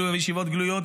ישיבות גלויות,